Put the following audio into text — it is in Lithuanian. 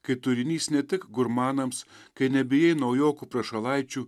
kai turinys ne tik gurmanams kai nebijai naujokų prašalaičių